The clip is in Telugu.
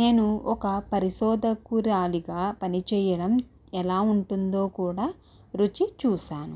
నేను ఒక పరిశోధకురాలిగా పనిచేయడం ఎలా ఉంటుందో కూడా రుచి చూశాను